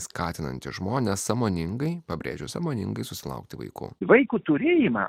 skatinantys žmones sąmoningai pabrėžiu sąmoningai susilaukti vaikų vaiko turėjimą